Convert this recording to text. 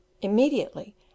immediately